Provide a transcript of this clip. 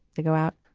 they go out.